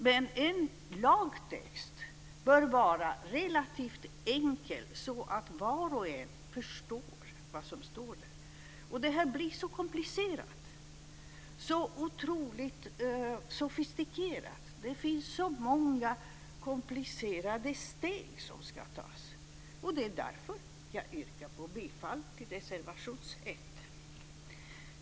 Men en lagtext bör vara relativt enkel så att var och en förstår vad som står där. Det här blir så komplicerat, så otroligt sofistikerat. Det finns så många komplicerade steg som ska tas. Det är därför jag yrkar bifall till reservation 1.